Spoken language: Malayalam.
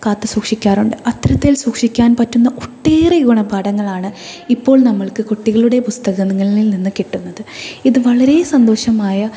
കാത്തുസൂക്ഷിക്കാറുണ്ട് അത്തരത്തിൽ സൂക്ഷിക്കാൻ പറ്റുന്ന ഒട്ടേറെ ഗുണപാഠങ്ങളാണ് ഇപ്പോൾ നമ്മൾക്ക് കുട്ടികളുടെ പുസ്തകങ്ങളിൽ നിന്ന് കിട്ടുന്നത് ഇത് വളരെ സന്തോഷമായ